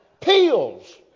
Pills